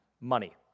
money